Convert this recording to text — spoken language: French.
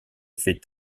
effets